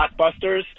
blockbusters